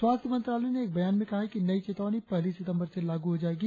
स्वास्थ्य मंत्रालय ने एक बयान में कहा है कि नई चेतावनी पहली सितंबर से लागू हो जाएगी